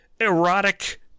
erotic